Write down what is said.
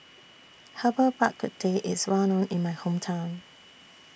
Herbal Bak Ku Teh IS Well known in My Hometown